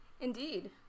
Indeed